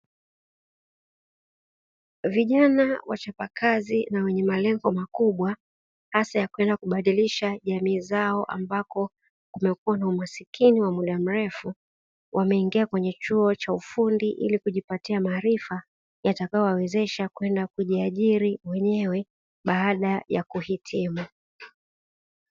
Vijana wachapakazi na wenye malengo makubwa, hasa ya kwenda kubadilisha jamii zao ambako kumekuwa na umaskini wa muda mrefu, wameingia kwenye chuo cha ufundi ili kujipatia maarifa yatakayowawezesha kwenda kujiajiri wenyewe baada ya kuhitimu.